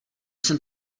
jsem